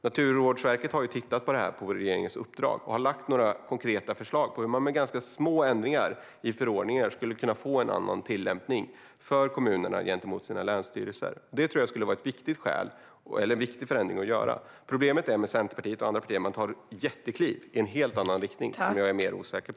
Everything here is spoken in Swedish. Naturvårdsverket har tittat på frågan på regeringens uppdrag, och verket har lagt fram några konkreta förslag på hur man med små ändringar i förordningar skulle kunna få en annan tillämpning för kommunerna gentemot länsstyrelserna. Det skulle vara en viktig förändring att göra. Problemet med Centerpartiet och andra partier är att de tar jättekliv i en helt annan riktning som jag är mer osäker på.